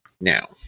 Now